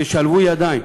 תשלבו ידיים,